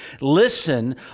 listen